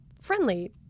friendly